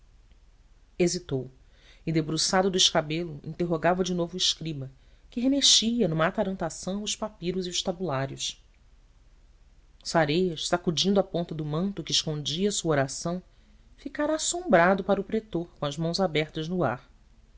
hesitou e debruçado do escabelo interrogava de novo o escriba que remexia numa atarantação os papiros e os tabulários sareias sacudindo a ponta do manto que escondia a sua oração ficara assombrado para o pretor com as mãos abertas no ar